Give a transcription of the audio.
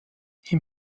ihm